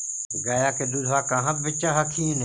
गया के दूधबा कहाँ बेच हखिन?